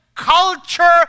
Culture